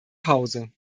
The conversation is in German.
hause